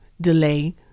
delay